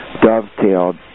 dovetailed